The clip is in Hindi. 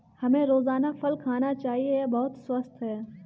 हमें रोजाना फल खाना चाहिए, यह बहुत स्वस्थ है